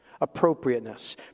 appropriateness